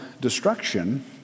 destruction